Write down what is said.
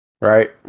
right